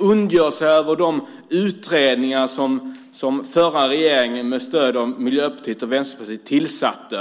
ondgör sig över de utredningar som den förra regeringen tillsatte med stöd av Miljöpartiet och Vänsterpartiet.